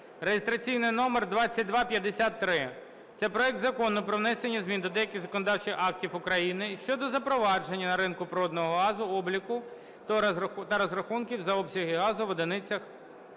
(реєстраційний номер 2553) – це проект Закону про внесення змін до деяких законодавчих актів України щодо запровадження на ринку природного газу обліку та розрахунків за обсягом газу в одиницях